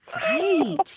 Right